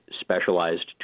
specialized